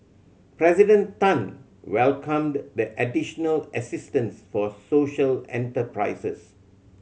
President Tan welcomed the additional assistance for social enterprises